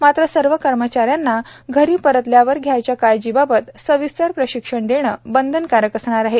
मात्र सर्व कर्मचाऱ्यांना घरी परतल्यावर घ्यायच्या काळजीबाबत सविस्तर प्रशिक्षण देणं बंधनकारक असणार आहे